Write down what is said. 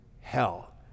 hell